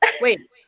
wait